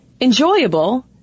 enjoyable